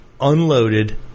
unloaded